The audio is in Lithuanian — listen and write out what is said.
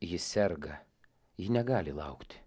ji serga ji negali laukti